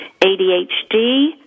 ADHD